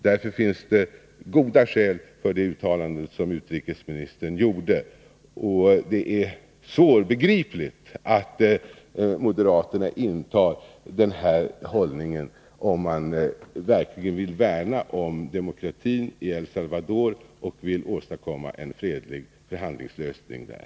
Därför finns det goda skäl för det uttalande som utrikesministern gjorde, och det är svårbegripligt att moderaterna intar den här hållningen, om de verkligen vill värna om demokratin i El Salvador och åstadkomma en fredlig förhandlingslösning där.